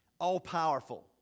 all-powerful